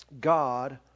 God